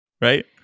Right